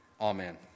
Amen